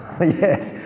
Yes